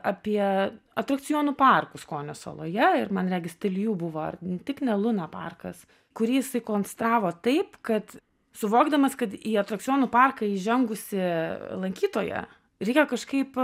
apie atrakcionų parkus konio saloje ir man regis til jų buvo ar tik ne luna parkas kurį jisai konstravo taip kad suvokdamas kad į atrakcionų parką įžengusį lankytoją reikia kažkaip